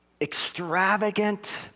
extravagant